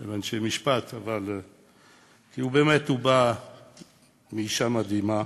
של אנשי משפט, אבל באמת, הוא בא מאישה מדהימה,